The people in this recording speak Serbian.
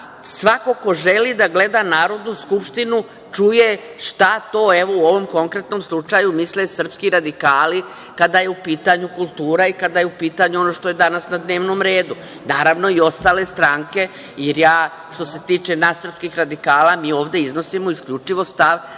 svako ko želi da gleda Narodnu skupštinu čuje šta to u ovom konkretnom slučaju misle srpski radikali kada je u pitanju kultura i kada je u pitanju ono što je danas na dnevnom redu, naravno i ostale stranke, jer što se tiče nas srpskih radikala mi iznosimo isključivo stav SRS.Danas